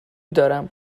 دارم